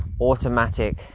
automatic